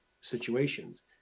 situations